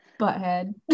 Butthead